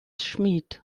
schmied